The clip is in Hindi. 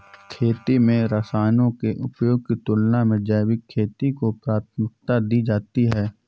खेती में रसायनों के उपयोग की तुलना में जैविक खेती को प्राथमिकता दी जाती है